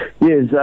Yes